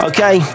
Okay